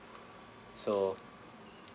so